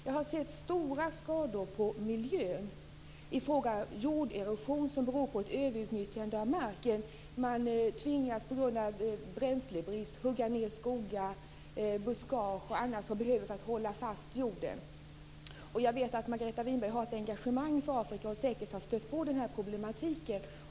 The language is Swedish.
Jag har sett stora skador på miljön i form av jorderosion, som beror på ett överutnyttjande av marken. Man tvingas på grund av bränslebrist att hugga ned skogar, buskage och annat som behövs för att hålla fast jorden. Jag vet att Margareta Winberg har ett engagemang för Afrika och säkert har stött på den här problematiken.